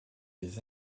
des